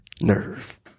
nerve